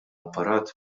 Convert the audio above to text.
apparat